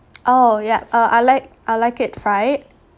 oh yeah uh I like I like it fried